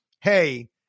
hey